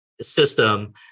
system